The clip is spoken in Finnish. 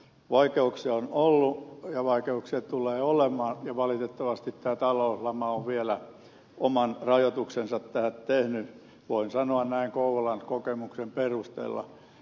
vaikeuksia on ollut ja vaikeuksia tulee olemaan ja valitettavasti tämä talouslama on vielä oman rajoituksensa tähän tehnyt voin sanoa näin kouvolan kokemuksen perusteella